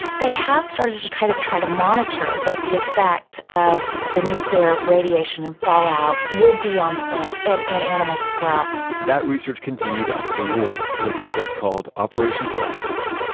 they had started to kind of try to monitor what the effect of the nuclear radiation and fallout would be on plants and and animals as well that research continued after the war, in a project called operation crossroads,